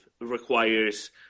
requires